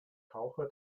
taucher